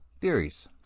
theories